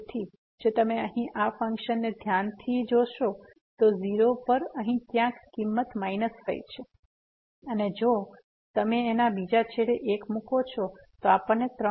તેથી જો તમે અહીં આ ફંક્શનને ધ્યાનથી જોશો તો 0 પર અહીં ક્યાંક કિંમત 5 છે અને જો તમેઆના બીજા છેડે 1 મુકો છો તો આપણને 3